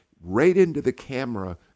right-into-the-camera